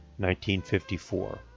1954